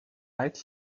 right